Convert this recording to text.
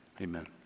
amen